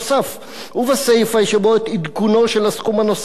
ובסיפא שבו את עדכונו של הסכום הנוסף, כאמור.